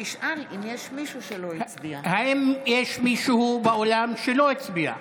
האם יש מישהו באולם שלא הצביע?